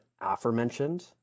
aforementioned